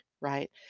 right